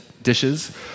dishes